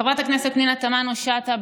חברת הכנסת פנינה תמנו שטה,